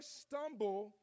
stumble